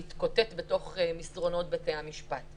מניעת אפשרות לפנות לבנק,